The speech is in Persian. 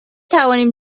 توانیم